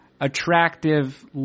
attractive